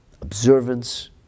observance